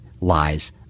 lies